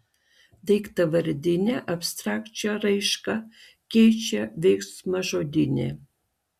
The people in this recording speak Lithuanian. daiktavardinę abstrakčią raišką keičia veiksmažodinė